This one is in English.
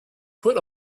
put